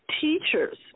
teachers